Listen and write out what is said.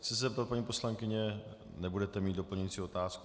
Chci se zeptat, paní poslankyně, nebudete mít doplňující otázku.